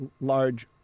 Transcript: large